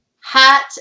hat